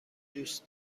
دوست